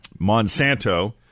Monsanto